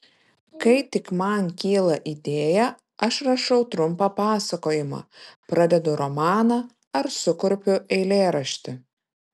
kai tik man kyla idėja aš rašau trumpą pasakojimą pradedu romaną ar sukurpiu eilėraštį